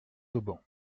auban